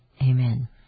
Amen